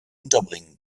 unterbringen